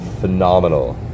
phenomenal